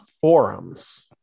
forums